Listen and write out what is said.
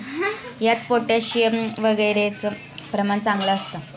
यात पोटॅशियम वगैरेचं प्रमाण चांगलं असतं